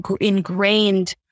ingrained